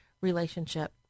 relationship